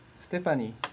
Stephanie